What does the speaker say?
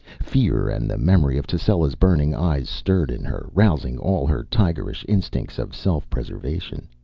fear and the memory of tascela's burning eyes stirred in her, rousing all her tigerish instincts of self-preservation.